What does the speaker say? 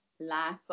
life